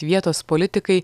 vietos politikai